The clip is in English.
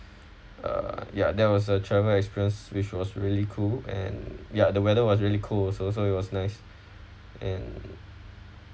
uh ya there was a travel experience which was really cool and ya the weather was really cool so so it was nice and